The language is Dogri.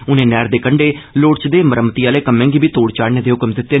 उनें नैहर दे कंडे लोड़चदे मरम्मती आहले कम्में गी बी तोढ़ चाढने दे हुक्म दित्ते